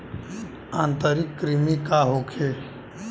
आंतरिक कृमि का होखे?